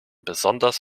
besonders